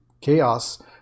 Chaos –